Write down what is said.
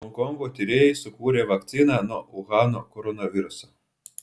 honkongo tyrėjai sukūrė vakciną nuo uhano koronaviruso